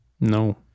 No